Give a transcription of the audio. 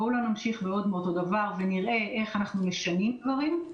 בואו לא נמשיך בעוד מאותו דבר ונראה איך אנחנו משנים דברים.